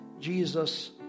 Jesus